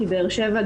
כי באר-שבע,